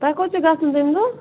تۄہہِ کوٚت چھُ گژھُن تَمہِ دۄہ